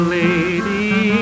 lady